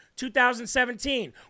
2017